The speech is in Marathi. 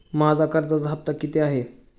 माझा कर्जाचा हफ्ता किती आहे?